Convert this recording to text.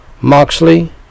Moxley